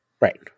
Right